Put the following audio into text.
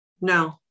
No